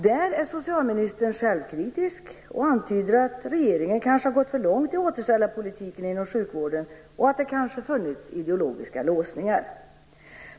Där är socialministern självkritisk och antyder att regeringen kanske gått för långt i återställarpolitiken inom sjukvården och att det kanske funnits ideologiska låsningar.